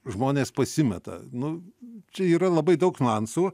žmonės pasimeta nu čia yra labai daug niuansų